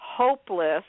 hopeless